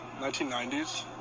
1990s